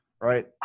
right